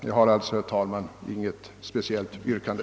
Jag har alltså, herr talman, inte något speciellt yrkande.